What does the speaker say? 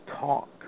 talk